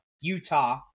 Utah